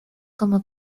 como